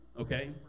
okay